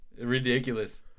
Ridiculous